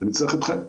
ואני צריך אתכם,